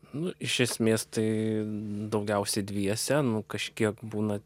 nu iš esmės tai daugiausiai dviese nu kažkiek būna